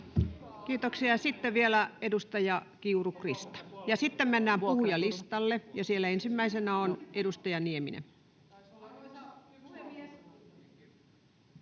Kiitoksia. — Sitten vielä edustaja Krista Kiuru, ja sitten mennään puhujalistalle, missä ensimmäisenä on edustaja Nieminen.